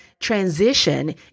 transition